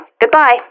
Goodbye